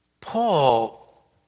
Paul